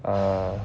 uh